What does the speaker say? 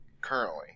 currently